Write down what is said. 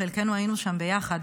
חלקנו היינו שם ביחד,